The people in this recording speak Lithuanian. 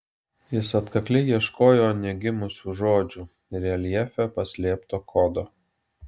jis atkakliai ieškojo negimusių žodžių reljefe paslėpto kodo